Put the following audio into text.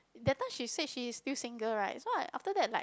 that time she says she is still single right so I after that like